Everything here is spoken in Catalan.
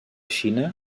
xina